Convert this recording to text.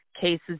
cases